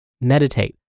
Meditate